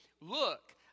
Look